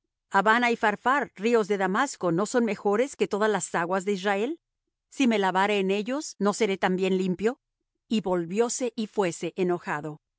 abana y pharphar ríos de damasco no son mejores que todas las aguas de israel si me lavare en ellos no seré también limpio y volvióse y fuése enojado